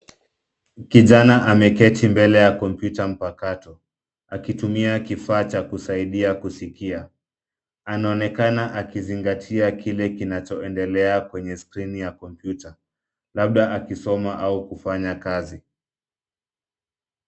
Kijana ameketi mbele ya kompyuta mpakato, akitumia kifaa cha kusaidia kusikia. Anaonekana akizingatia kile kinachoendelea kwenye skirini ya kompyuta, labda akisoma au kufanya kazi.